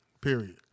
period